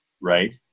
Right